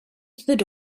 through